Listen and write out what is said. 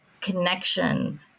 connection